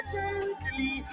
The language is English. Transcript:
gently